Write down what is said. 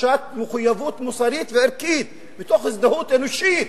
תחושת מחויבות מוסרית וערכית, מתוך הזדהות אנושית.